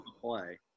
play